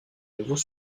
nouveaux